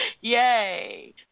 Yay